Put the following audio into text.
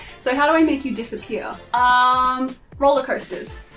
so how do i make you disappear? um, rollercoasters.